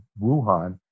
Wuhan